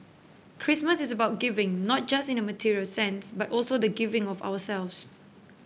Christmas is about giving not just in a material sense but also the giving of ourselves